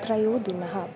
त्रयोदिनः